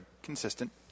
Consistent